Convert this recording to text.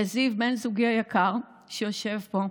לזיו, בן זוגי היקר, שיושב פה,